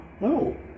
No